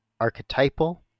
archetypal